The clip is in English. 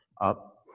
up